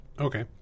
Okay